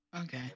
Okay